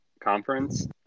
Conference